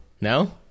No